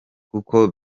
kuko